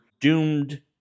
doomed